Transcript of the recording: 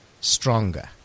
stronger